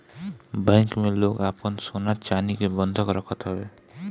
bank में लोग आपन सोना चानी के बंधक रखत हवे